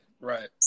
right